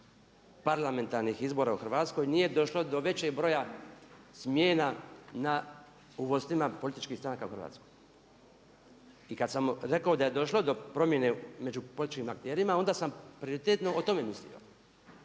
parlamentarnih izbora u Hrvatskoj nije došlo do većeg broja smjena u vodstvima političkih stranaka u Hrvatskoj. I kad sam rekao da je došlo do promjene među političkim akterima onda sam prioritetno o tome mislio.